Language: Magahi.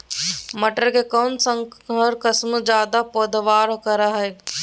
मटर के कौन संकर किस्म जायदा पैदावार करो है?